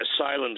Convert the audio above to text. asylum